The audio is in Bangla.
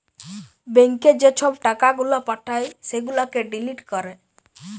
ব্যাংকে যে ছব টাকা গুলা পাঠায় সেগুলাকে ডিলিট ক্যরে